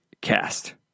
cast